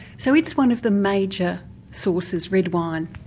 so it's one of the major sources red wine?